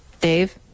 Dave